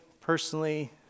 personally